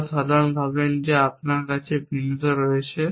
আরও সাধারণ ভাবেন যে আপনার কাছে ভিন্নতা রয়েছে